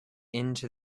into